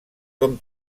com